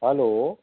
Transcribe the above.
hello